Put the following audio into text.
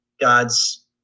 God's